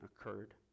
occurred